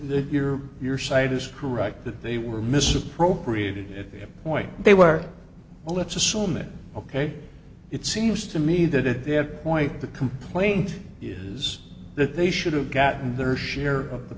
your your side is correct that they were misappropriated point they were well let's assume it ok it seems to me that at that point the complaint is that they should have gotten their share of the